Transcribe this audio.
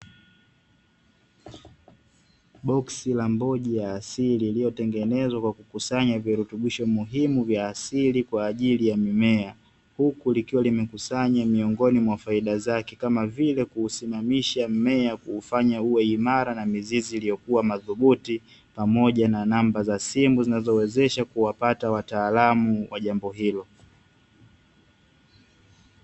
Boksi la mboji ya asili iliyotengenezwa kwa kukusanya virutubisho muhimu vya asili kwa ajili ya mimea, huku likiwa limekusanya miongoni mwa faida zake, kama vile kuusimamisha mmea, kuufanya uwe imara, na mizizi iliyokuwa madhubuti, pamoja na namba za simu zinazowezesha kuwapata wataalamu wa jambo hilo.